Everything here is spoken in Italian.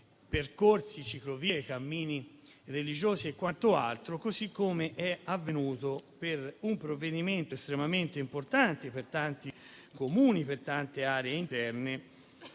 percorsi, ciclovie, cammini religiosi e quant'altro, così com'è avvenuto per un provvedimento estremamente importante per tanti Comuni e per tante aree interne,